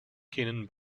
keenan